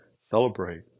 celebrate